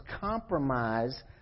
compromise